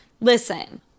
Listen